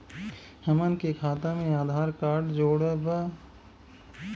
हमन के खाता मे आधार कार्ड जोड़ब?